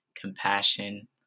compassion